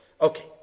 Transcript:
Okay